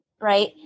right